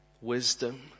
wisdom